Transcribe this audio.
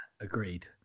agreed